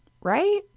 right